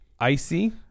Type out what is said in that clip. Icy